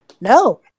No